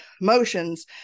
motions